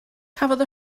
cafodd